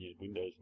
Windows